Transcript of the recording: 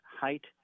height